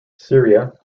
syria